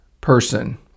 person